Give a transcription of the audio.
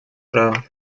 права